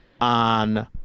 on